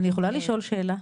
אני יכולה לשאול שאלה?